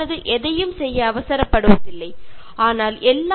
അത് ഒരിക്കലും തിടുക്കപ്പെട്ട് കാര്യങ്ങൾ ചെയ്യുന്നില്ല